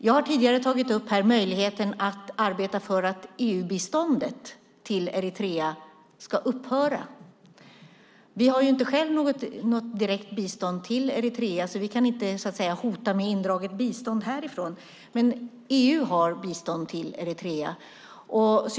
Jag har tidigare här tagit upp möjligheten att arbeta för att EU-biståndet till Eritrea upphör. Vi i Sverige har inte något direkt bistånd till Eritrea. Vi kan därför inte hota med indraget bistånd härifrån. Men EU har ett bistånd till Eritrea.